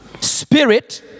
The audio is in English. spirit